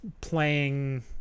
playing